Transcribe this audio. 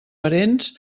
parents